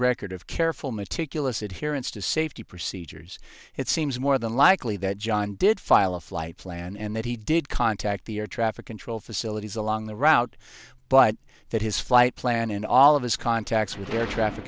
record of careful meticulous adherence to safety procedures it seems more than likely that john did file a flight plan and that he did contact the air traffic control facilities along the route but that his flight plan and all of his contacts with air traffic